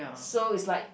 so is like